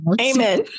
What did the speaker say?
Amen